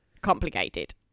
complicated